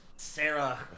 Sarah